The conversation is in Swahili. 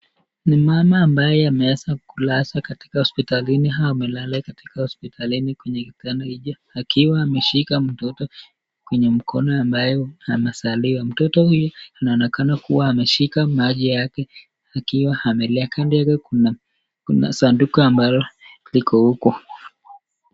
Ni mama ambaye ameweza kulala katika hospitalini. Ame lala katika hospitalini kwenye kitanda huku akiwa ameshika mtoto kwenye mkono ambaye amezaliwa. Mtoto huyu anaonekana kuwa ameshika maji yake akiwa ameleka. Kando yake kuna sanduku ambalo liko huku.